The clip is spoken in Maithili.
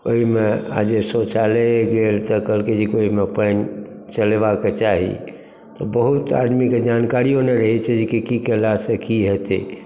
ओहिमे आ जे शौचालय गेल तऽ कहलकै जे ओहिमे पानि चलेबाके चाही तऽ बहुत आदमीकेॅं जानकारियो नहि रहै छै जेकि की केलासे की हेतै